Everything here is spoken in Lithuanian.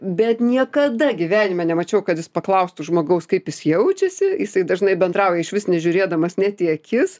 bet niekada gyvenime nemačiau kad jis paklaustų žmogaus kaip jis jaučiasi jisai dažnai bendrauja išvis nežiūrėdamas net į akis